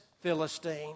Philistine